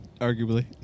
Arguably